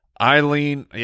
Eileen